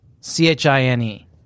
C-H-I-N-E